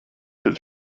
his